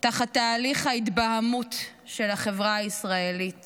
תחת תהליך ההתבהמות של החברה הישראלית